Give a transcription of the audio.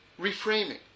reframing